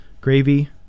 Gravy